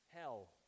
hell